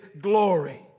glory